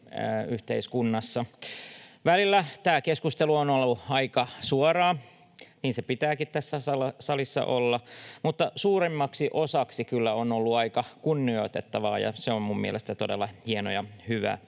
yhteiskunnassa. Välillä tämä keskustelu on ollut aika suoraa — niin sen pitääkin tässä salissa olla — mutta suurimmaksi osaksi kyllä aika kunnioittavaa, ja se on minun mielestäni todella hieno ja hyvä